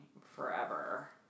forever